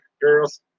girls